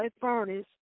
furnace